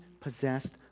possessed